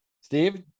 Steve